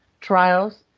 trials